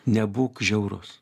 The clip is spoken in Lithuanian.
nebūk žiaurus